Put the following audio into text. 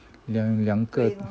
两两个